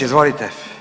Izvolite.